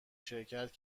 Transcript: شرکت